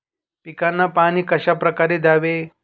पिकांना पाणी कशाप्रकारे द्यावे?